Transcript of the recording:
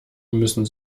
müssen